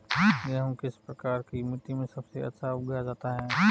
गेहूँ किस प्रकार की मिट्टी में सबसे अच्छा उगाया जाता है?